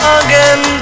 again